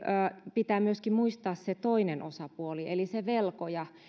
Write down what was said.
pitää myöskin muistaa se toinen osapuoli eli se velkoja